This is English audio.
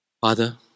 Father